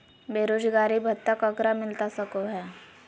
बेरोजगारी भत्ता ककरा मिलता सको है?